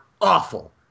awful